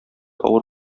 авыр